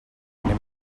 anem